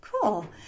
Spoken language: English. Cool